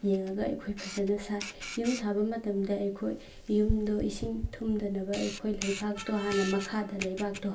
ꯌꯦꯡꯉꯒ ꯑꯩꯈꯣꯏ ꯐꯖꯅ ꯁꯥꯏ ꯌꯨꯝ ꯁꯥꯕ ꯃꯇꯝꯗ ꯑꯩꯈꯣꯏ ꯌꯨꯝꯗꯣ ꯏꯁꯤꯡ ꯊꯨꯝꯗꯅꯕ ꯑꯩꯈꯣꯏ ꯂꯩꯕꯥꯛꯇꯣ ꯍꯥꯟꯅ ꯃꯈꯥꯗ ꯂꯩꯕꯥꯛꯇꯣ